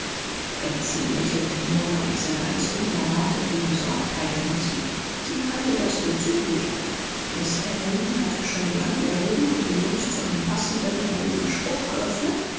lächelte nur bei dieser ganz unerwarteten besorgtheit um sie sie kannte das nur zu gut miß ellen hatte schon die hand erhoben und den mund zu einem passenden heiligen spruch geöffnet